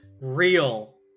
real